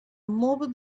morbid